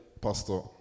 Pastor